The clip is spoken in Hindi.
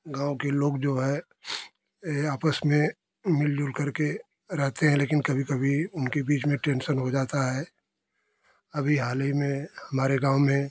गाँव के लोग जो है आपस में मिलजुल करके रहते हैं लेकिन कभी कभी उनके बीच में टेंसन हो जाता है अभी हाल ही में हमारे गाँव में